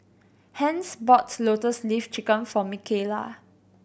Hence bought Lotus Leaf Chicken for Mikaela